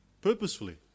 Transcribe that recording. purposefully